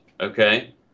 Okay